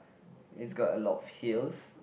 it's got a lot of hills